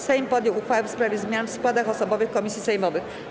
Sejm podjął uchwałę w sprawie zmian w składach osobowych komisji sejmowych.